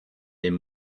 and